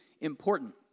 important